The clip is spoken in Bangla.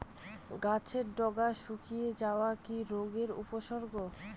গাছের ডগা শুকিয়ে যাওয়া কি রোগের উপসর্গ?